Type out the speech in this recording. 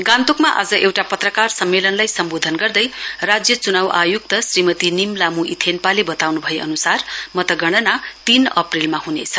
गान्तोकमा आज एउटा पत्रकार सम्मेलनलाई सम्वोधन गर्दै राज्य चुनाउ आयुक्त निम ल्हामू इथेन्पाले बताउनु भए अनुसार मतगणना तीन अप्रेलमा हुनेछ